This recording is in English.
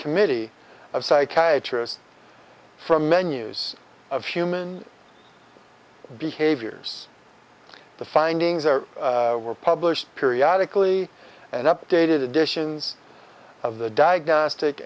committee of psychiatry as from menus of human behaviors the findings there were published periodical e and updated editions of the diagnostic